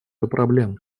проблем